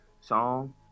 song